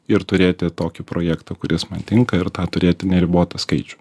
ir turėti tokį projektą kuris man tinka ir tą turėti neribotą skaičių